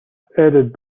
added